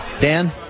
Dan